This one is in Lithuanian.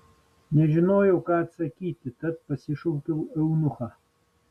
nežinojau ką atsakyti tad pasišaukiau eunuchą